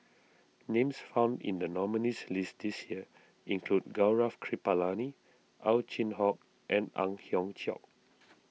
names found in the nominees' list this year include Gaurav Kripalani Ow Chin Hock and Ang Hiong Chiok